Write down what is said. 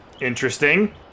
Interesting